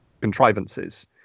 contrivances